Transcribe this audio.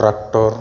tractor